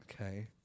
Okay